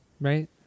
right